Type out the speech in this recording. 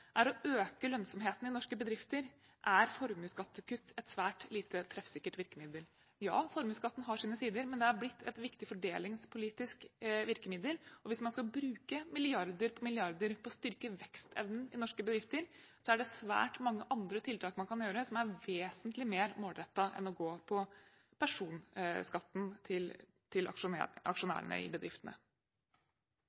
er å øke lønnsomheten i norske bedrifter, er formuesskattekutt et svært lite treffsikkert virkemiddel. Ja, formuesskatten har sine sider, men den har blitt et viktig fordelingspolitisk virkemiddel, og hvis man skal bruke milliarder på milliarder på å styrke vekstevnen i norske bedrifter, er det svært mange tiltak man kan iverksette som er vesentlig mer målrettede enn å gå på personskatten til